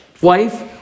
wife